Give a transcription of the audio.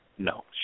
No